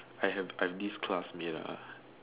I have I have this classmate ah